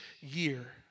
year